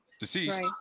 Deceased